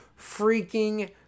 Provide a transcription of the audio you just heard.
freaking